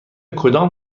کدام